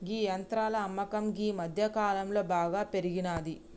గీ యంత్రాల అమ్మకం గీ మధ్యకాలంలో బాగా పెరిగినాది